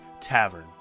Tavern